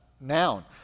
noun